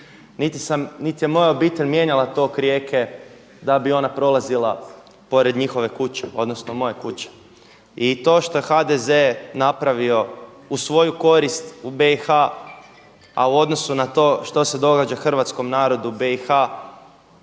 niti je moja obitelj mijenjala tok rijeke da bi ona prolazila pored njihove kuće odnosno moje kuće. I to što je HDZ napravio u svoju korist u BIH a u odnosu na to što se događa hrvatskom narodu u BIH